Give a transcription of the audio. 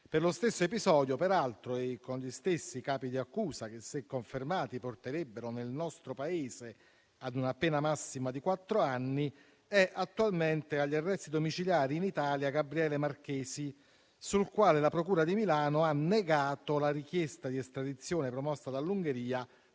Per lo stesso episodio, peraltro, e con gli stessi capi d'accusa, che, se confermati, nel nostro Paese porterebbero ad una pena massima di quattro anni, è attualmente agli arresti domiciliari in Italia Gabriele Marchesi, sul quale la Procura di Milano ha negato la richiesta di estradizione promossa dall'Ungheria,